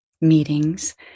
meetings